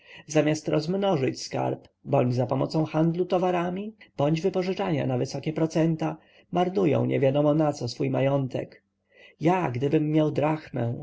zamiast rozmnożyć skarb bądź zapomocą handlu towarami bądź wypożyczania na wysokie procenta marnują niewiadomo na co swój majątek ja gdybym miał drachmę